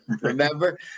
Remember